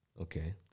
Okay